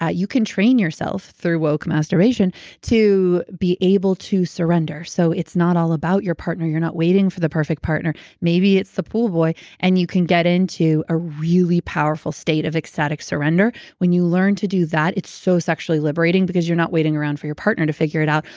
you can train yourself through woke masturbation to be able to surrender. so, it's not all about your partner. you're not waiting for the perfect partner. maybe it's the pool boy and you can get into a really powerful state of ecstatic surrender. when you learn to do that, it's so sexually liberating because you're not waiting around for your partner to figure it out.